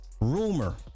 rumor